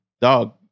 dog